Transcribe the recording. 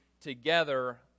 together